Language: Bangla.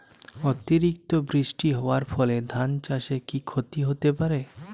অতিরিক্ত বৃষ্টি হওয়ার ফলে ধান চাষে কি ক্ষতি হতে পারে?